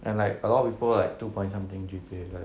and like a lot of people like two point something G_P_A like